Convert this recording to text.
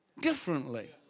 differently